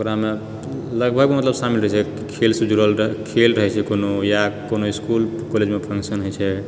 ओकरामे लगभग मतलब शामिल रहैत छेै खेलसँ जुड़ल रहै खेल रहैत छेै कोनो या इसकुल कॉलेजमे फन्शन होइत छै